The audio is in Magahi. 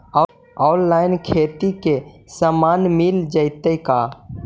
औनलाइन खेती के सामान मिल जैतै का?